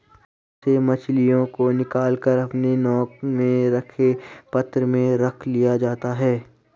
जाल से मछलियों को निकाल कर अपने नौका में रखे पात्र में रख लिया जाता है